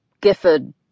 Gifford